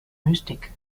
mystik